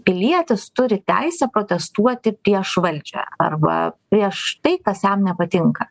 pilietis turi teisę protestuoti prieš valdžią arba prieš tai kas jam nepatinka